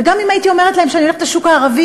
וגם אם הייתי אומרת להם שאני הולכת לשוק הערבי,